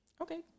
Okay